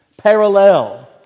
Parallel